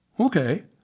Okay